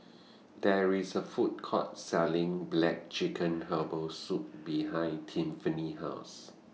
There IS A Food Court Selling Black Chicken Herbal Soup behind Tiffani's House